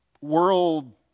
world